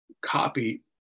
copy